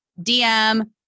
DM